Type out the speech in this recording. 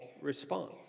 response